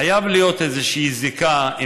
חייבת להיות איזושהי זיקה,